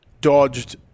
dodged